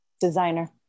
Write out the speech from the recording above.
Designer